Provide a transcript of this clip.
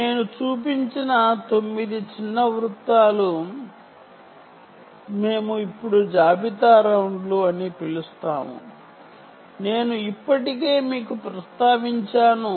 నేను చూపించిన 9 చిన్న వృత్తాలు మేము ఇప్పుడు ఇన్వెంటరీ రౌండ్లు అని పిలుస్తాము నేను ఇప్పటికే మీకు ప్రస్తావించాను